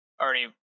already